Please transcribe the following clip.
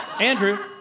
Andrew